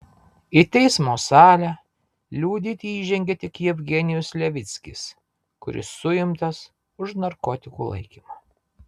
į teismo salę liudyti įžengė tik jevgenijus levickis kuris suimtas už narkotikų laikymą